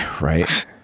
Right